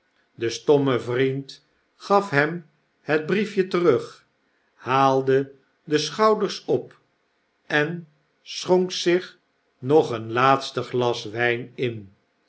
de stomme vriend gaf hem het briefje terug haalde de schouders op en schonk zich nog een laatste glas wp in